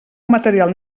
material